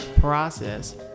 process